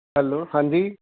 hello ਹਾਂਜੀ